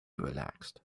relaxed